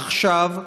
עכשיו,